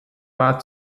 war